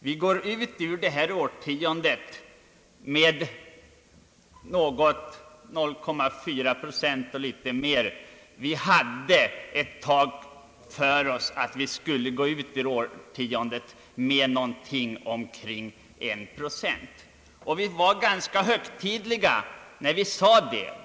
Vi går ut ur detta årtionde med ett bistånd på 0,4 procent av nationalprodukten eller något mera, Vi hade ett tag för oss att vi skulle gå ut ur årtiondet med ett bistånd på omkring 1 procent. Vi var ganska högtidliga när vi sade detta.